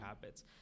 habits